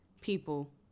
people